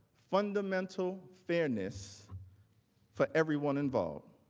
fundamental fairness for everyone involved.